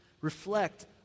Reflect